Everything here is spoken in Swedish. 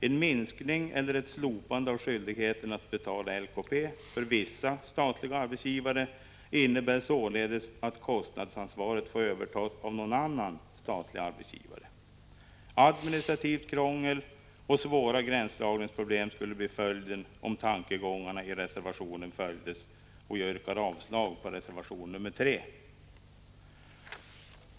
En minskning eller slopande av skyldigheten att betala LKP för vissa statliga arbetsgivare innebär således att kostnadsansvaret får övertas av någon annan statlig arbetsgivare. Administrativt krångel och svåra gränsdragningsproblem skulle bli följden om tankegångarna i reservationen följdes. Jag yrkar avslag på reservation 3.